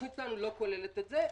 התוכנית כאן לא כוללת את זה.